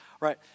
right